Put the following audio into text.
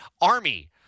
Army